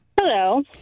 Hello